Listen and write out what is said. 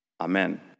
Amen